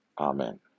Amen